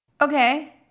Okay